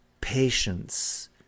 Patience